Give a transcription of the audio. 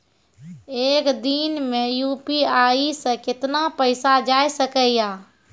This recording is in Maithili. एक दिन मे यु.पी.आई से कितना पैसा जाय सके या?